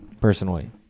personally